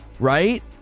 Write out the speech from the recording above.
right